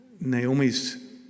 Naomi's